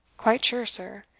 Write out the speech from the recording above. quite sure, sir,